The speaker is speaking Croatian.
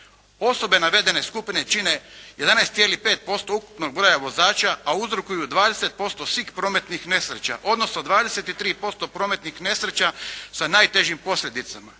Osobe navedene skupine čine 11,5% ukupnog broja vozača, a uzrokuju 20% svih prometnih nesreća, odnosno 23% prometnih nesreća sa najtežim posljedicama.